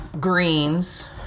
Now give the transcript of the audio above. greens